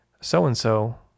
so-and-so